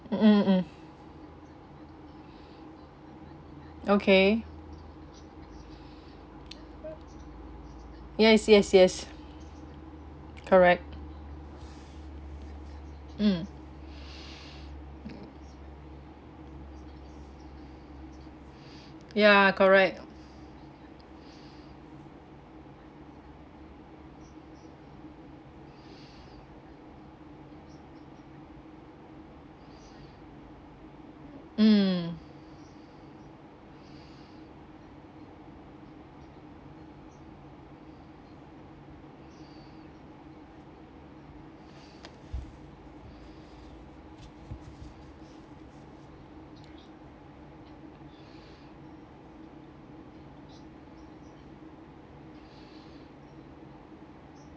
mm mm mm okay yes yes yes correct mm ya correct mm